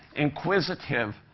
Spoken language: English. inquisitive,